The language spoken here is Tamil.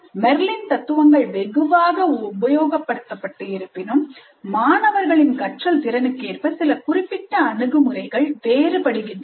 மெர்லின் தத்துவங்கள் வெகுவாக உபயோகப்படுத்தப்பட்டு இருப்பினும் மாணவர்களின் கற்றல் திறனுக்கு ஏற்ப சில குறிப்பிட்ட அணுகுமுறைகள் வேறுபடுகின்றன